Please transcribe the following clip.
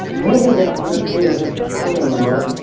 you can get a hundred feet of this climbing rope